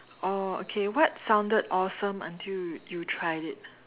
oh okay what sounded awesome until you you tried it